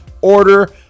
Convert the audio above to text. order